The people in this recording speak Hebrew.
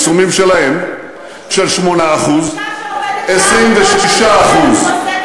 פרסומים שלהם, של 8% אישה שעובדת